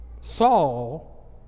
Saul